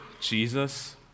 Jesus